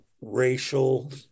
racial